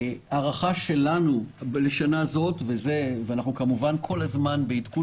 ההערכה שלנו לשנה הזאת ואנחנו כמובן כל הזמן בעדכון